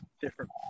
different